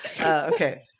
Okay